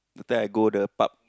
then I go the pub